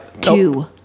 two